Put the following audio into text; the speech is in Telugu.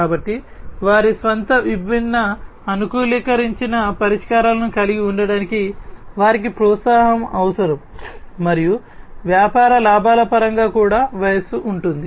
కాబట్టి వారి స్వంత విభిన్న అనుకూలీకరించిన పరిష్కారాలను కలిగి ఉండటానికి వారికి ప్రోత్సాహం అవసరం మరియు వ్యాపార లాభాల పరంగా కూడా వయస్సు ఉంటుంది